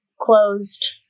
closed